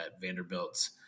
Vanderbilt's